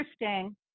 interesting